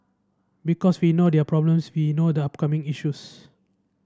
because we know their problems we know the upcoming issues